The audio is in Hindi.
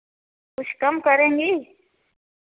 कुछ कम करेंगी